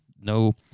no